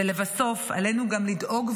ולבסוף עלינו גם לדאוג,